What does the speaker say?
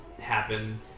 happen